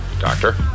Doctor